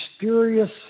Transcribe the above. mysterious